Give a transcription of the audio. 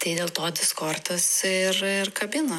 tai dėl to diskortas ir ir kabino